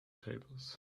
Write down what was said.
tables